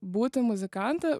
būti muzikante